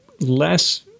less